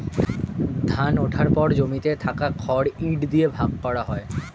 ধান ওঠার পর জমিতে থাকা খড় ইট দিয়ে ভাগ করা হয়